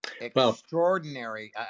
extraordinary